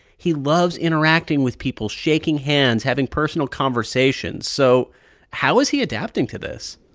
he loves interacting with people shaking hands, having personal conversations. so how is he adapting to this?